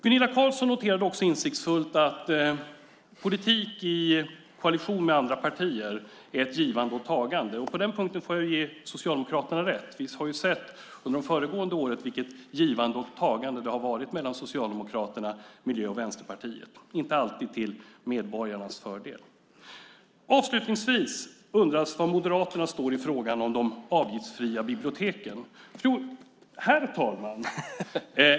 Gunilla Carlsson noterade insiktsfullt att politik i koalition med andra partier är ett givande och tagande. På den punkten får jag ge Socialdemokraterna rätt. Vi har ju under de föregående åren sett vilket givande och tagande det har varit mellan Socialdemokraterna, Miljöpartiet och Vänsterpartiet - inte alltid till medborgarnas fördel. Avslutningsvis undras var Moderaterna står i frågan om de avgiftsfria biblioteken. Herr talman!